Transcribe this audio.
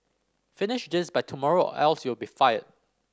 finish this by tomorrow else you'll be fired